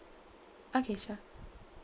okay sure